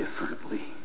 differently